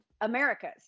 Americas